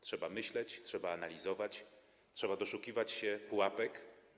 Trzeba myśleć, trzeba analizować, trzeba doszukiwać się pułapek.